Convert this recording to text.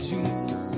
Jesus